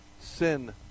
sin